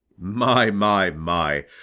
my, my, my,